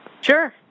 Sure